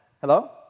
Hello